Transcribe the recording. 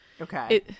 okay